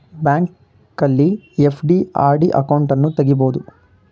ಬ್ಯಾಂಕಲ್ಲಿ FD, RD ಅಕೌಂಟನ್ನು ತಗಿಬೋದು